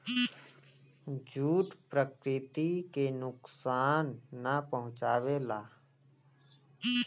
jute प्रकृति के नुकसान ना पहुंचावला